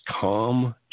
calm